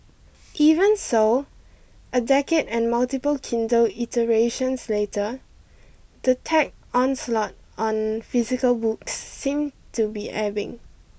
even so a decade and multiple Kindle iterations later the tech onslaught on physical books seem to be ebbing